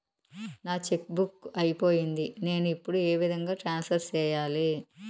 నా cheque book అయిపోయింది నేను ఇప్పుడు ఏ విధంగా ట్రాన్స్ఫర్ సేయాలి?